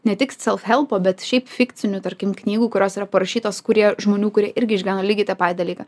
ne tik celhelpo bet šiaip fikcinių tarkim knygų kurios yra parašytos kurie žmonių kurie irgi išgyveno lygiai tą patį dalyką